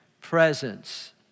presence